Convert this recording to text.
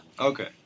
Okay